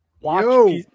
watch